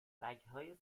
سگهای